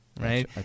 right